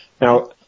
Now